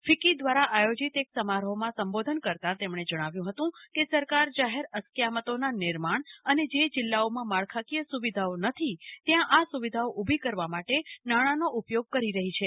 FICCI દ્વારા આયોજીત એક સમારોહમાં સંબોધન કરતા તેમણે જણાવ્યું હતું કે સરકાર જાહેર અસ્કયામતોના નિર્માણ અને જે જિલ્લાઓમાં માળખાકીય સુવિધાઓ નથી ત્યાં આ સુવિધાઓ ઉભી કરવા માટે નાણાનો ઉપયોગ કરી રહી છે